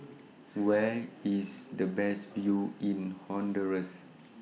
Where IS The Best View in Honduras